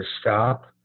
stop